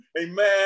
amen